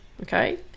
Okay